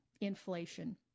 inflation